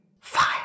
fire